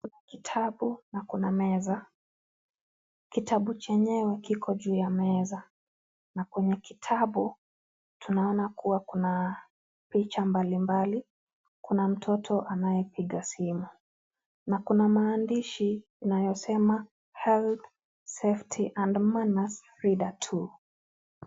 Kitabu na Kuna meza, kitabu chenyewe Kiko juu ya meza, na kwenye kitabu, tunaona kuwa Kuna picha mbali mbali, Kuna mtoto anayepiga simu na Kuna maandishi inayosema health, safety and manners feed are two .